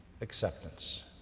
acceptance